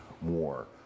more